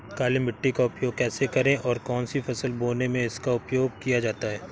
काली मिट्टी का उपयोग कैसे करें और कौन सी फसल बोने में इसका उपयोग किया जाता है?